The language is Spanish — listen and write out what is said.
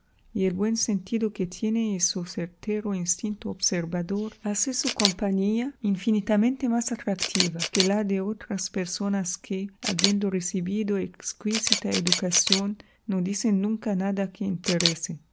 y el buen sentido que tiene y su certero instinto observador hace su compañía infinitamente más atractiva que la de otras personas que habiendo recibido exquisita educación no dicen nunca nada que